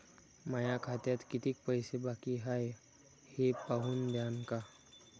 माया खात्यात कितीक पैसे बाकी हाय हे पाहून द्यान का?